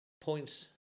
points